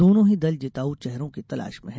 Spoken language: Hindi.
दोनों ही दल जिताऊ चेहरों की तलाश में हैं